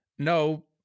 No